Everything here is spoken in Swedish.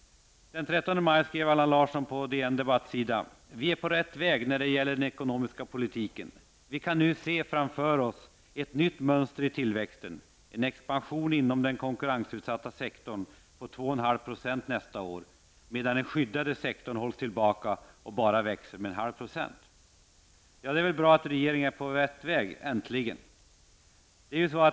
Den 13 maj skrev Allan Larsson på DN-debatt: ''Vi är på rätt väg när det gäller den ekonomiska politiken. Vi kan nu se framför oss ett nytt mönster i tillväxten, en expansion inom den konkurrensutsatta sektorn på 2,5 procent nästa år, medan den skyddade sektorn hålls tillbaka och bara växer med 0,5 procent.'' Ja, det är bra att regeringen är på rätt väg -- äntligen!